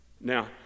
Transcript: now